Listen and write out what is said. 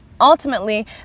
ultimately